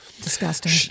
disgusting